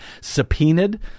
subpoenaed